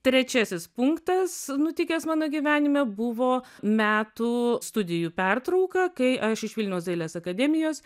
trečiasis punktas nutikęs mano gyvenime buvo metų studijų pertrauka kai aš iš vilniaus dailės akademijos